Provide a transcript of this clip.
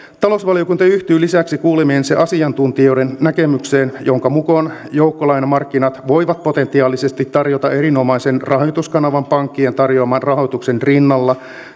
talousvaliokunta yhtyy lisäksi kuulemiensa asiantuntijoiden näkemykseen jonka mukaan joukkolainamarkkinat voivat potentiaalisesti tarjota erinomaisen rahoituskanavan pankkien tarjoaman rahoituksen rinnalla